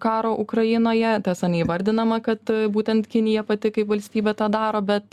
karo ukrainoje tiesa neįvardinama kad būtent kinija pati kaip valstybė tą daro bet